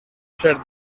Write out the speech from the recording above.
ser